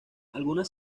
algunas